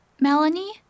Melanie